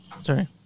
Sorry